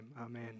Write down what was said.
Amen